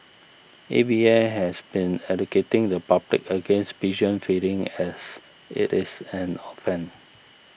A V A has been educating the public against pigeon feeding as it is an offence